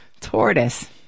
tortoise